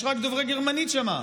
יש רק דוברי גרמנית שם.